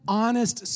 honest